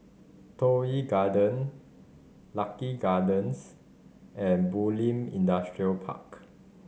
Toh Yi Garden Lucky Gardens and Bulim Industrial Park